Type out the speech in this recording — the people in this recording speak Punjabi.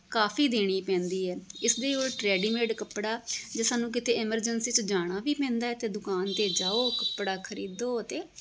ਕਾਫ਼ੀ ਦੇਣੀ ਪੈਂਦੀ ਹੈ ਇਸ ਦੇ ਉਲਟ ਰੇਡੀਮੇਡ ਕੱਪੜਾ ਜੇ ਸਾਨੂੰ ਕਿਤੇ ਐਮਰਜੈਂਸੀ 'ਚ ਜਾਣਾ ਵੀ ਪੈਂਦਾ ਅਤੇ ਦੁਕਾਨ 'ਤੇ ਜਾਓ ਕੱਪੜਾ ਖਰੀਦੋ ਅਤੇ